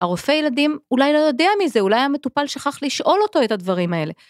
הרופא ילדים אולי לא יודע מזה, אולי המטופל שכח לשאול אותו את הדברים האלה.